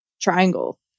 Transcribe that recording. triangle